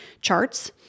charts